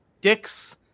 dicks